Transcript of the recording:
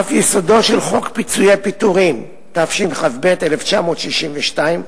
אף יסודו של חוק פיצויי פיטורים, התשכ"ב 1962,